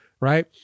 right